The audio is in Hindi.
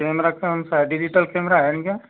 कैमरा कौन सा है डिजिटल कैमरा है क्या